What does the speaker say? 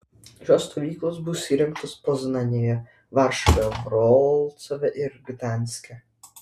šios stovyklos bus įrengtos poznanėje varšuvoje vroclave ir gdanske